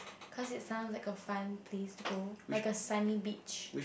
cause it sound like a fun place to go like a sunny beach